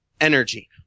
energy